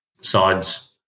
sides